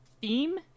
theme